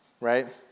right